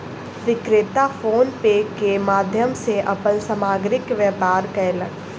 विक्रेता PhonePe के माध्यम सॅ अपन सामग्रीक व्यापार कयलक